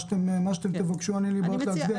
מה שתבקשו, אני בעד להצביע.